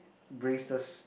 braces